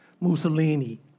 Mussolini